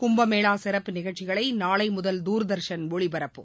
கும்பமேளாசிறப்பு நிகழ்ச்சிகளைநாளைமுதல் தூர்தர்ஷன் ஒளிபரப்பும்